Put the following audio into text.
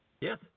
Yes